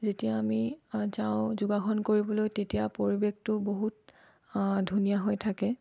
যেতিয়া আমি যাওঁ যোগাসন কৰিবলৈ তেতিয়া পৰিৱেশটো বহুত ধুনীয়া হৈ থাকে